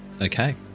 Okay